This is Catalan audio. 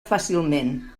fàcilment